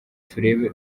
turebe